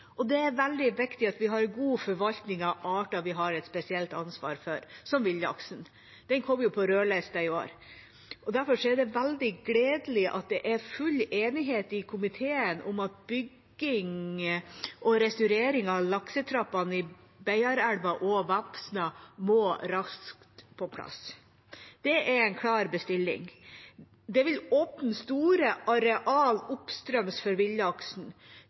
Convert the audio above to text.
Det er veldig viktig at vi har en god forvaltning av arter vi har et spesielt ansvar for, som villaksen. Den kom på rødlista i år. Derfor er det veldig gledelig at det er full enighet i komiteen om at bygging og restaurering av laksetrappene i Beiarelva og Vefsna må raskt i gang. Det er en klar bestilling. Det vil åpne store arealer oppstrøms for villaksen